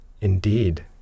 Indeed